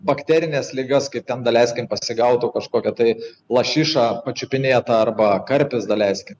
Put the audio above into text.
bakterines ligas kaip ten daleiskime pasigautų kažkokia tai lašiša pačiupinėta arba karpis daleiskim